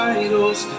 idols